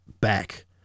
back